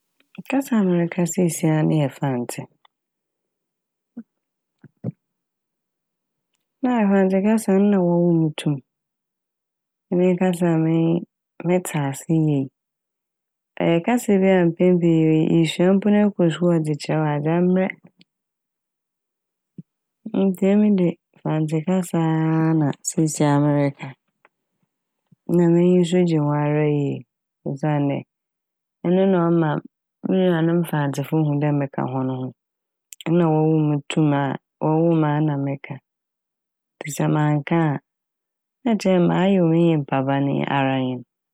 Kasa a mereka siesiei ne yɛ Fantse na a Fantse kasa n' nna wɔwoo mo to m'. Eno nye kasa a m'enyi- metse ase yie. Ɔyɛ kasa bi a mpɛn pii esua mpo na ɛkɔ skuul wɔdze kyerɛ wo adze a ɛmmbrɛ ntsi emi de Fantse kasa aa na siesiera mereka na m'enyi so gye ho ara yie. Osiandɛ ɛno na ɔma mo nuanom Mfantsefo hu dɛ meka hɔn ho na wɔwoo mo to mu a wɔwoo me a nna meka. Sɛ mannka a na ɛkyerɛ dɛ mayew me nyimpa bɛn yi ara nye n'.